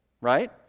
Right